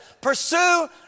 pursue